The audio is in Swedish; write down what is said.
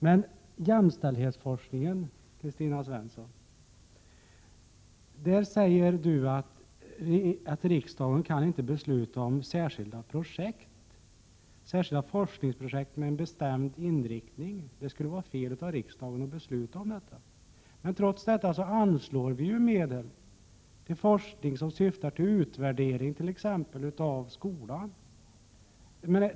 Men när det gäller jämställdhetsforskningen säger Kristina Svensson att riksdagen inte kan besluta om särskilda forskningsprojekt med en bestämd inriktning — det skulle vara fel av riksdagen att besluta om sådant. Men trots detta anslår vi ju medel till forskning som exempelvis syftar till utvärdering av skolan.